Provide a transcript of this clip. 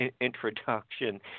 Introduction